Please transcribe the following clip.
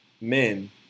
Men